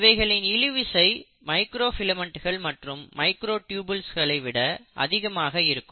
இவைகளின் இழுவிசை மைக்ரோ ஃபிலமெண்ட்டுகள் மற்றும் மைக்ரோடியுபுல்ஸ் விட அதிகமாக இருக்கும்